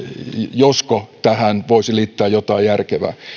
josko tähän voisi liittää jotain järkevää